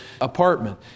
apartment